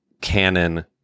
canon